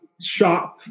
shop